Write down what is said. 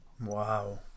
Wow